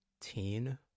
teen